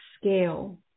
scale